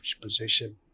position